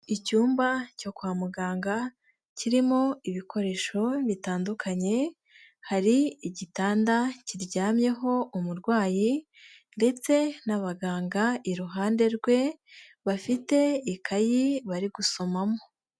Icyumba cyo kwa muganga kirimo ibikoresho bitandukanye, hari igitanda kiryamyeho umurwayi ndetse n'abaganga iruhande rwe bafite ikayi bari gusomamo.